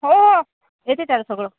होओ येते त्याला सगळं